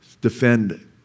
defend